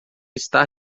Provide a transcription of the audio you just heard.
estar